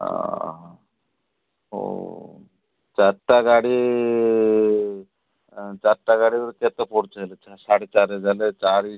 ଚାର୍ଟା ଗାଡ଼ି ଚାର୍ଟା ଗାଡ଼ି ର କେତେ ପଡ଼ୁଛି ହେଲେ ସାଢ଼େ ଚାରି ଚାରିଶହ